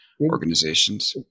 organizations